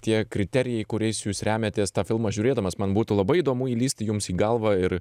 tie kriterijai kuriais jūs remiatės tą filmą žiūrėdamas man būtų labai įdomu įlįsti jums į galvą ir